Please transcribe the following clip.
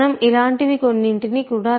మనం ఇలాంటివి ఇంకొన్ని కూడా రాయవచ్చు